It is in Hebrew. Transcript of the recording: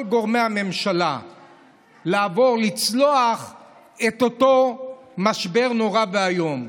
גורמי הממשלה לעבור ולצלוח את אותו משבר נורא ואיום,